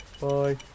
Bye